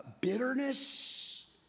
bitterness